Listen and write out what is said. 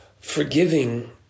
forgiving